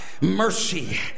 mercy